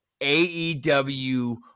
AEW